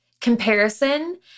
comparison